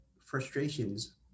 frustrations